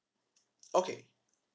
okay